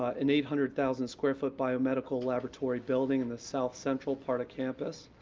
an eight hundred thousand square foot biomedical laboratory building in the south-central part of campus,